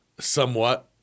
Somewhat